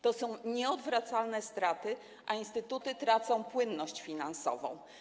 To są nieodwracalne straty, a instytuty tracą płynność finansową.